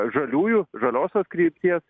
žaliųjų žaliosios krypties